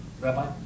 Rabbi